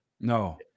No